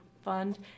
Fund